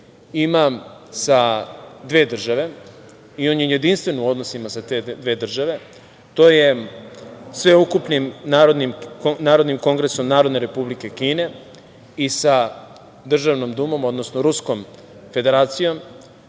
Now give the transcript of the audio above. ima sa dve države i on je jedinstven u odnosima sa te dve države. To je sveukupnim Narodnim kongresom Narodne Republike Kine i sa Državnom Dumom, odnosno Ruskom Federacijom,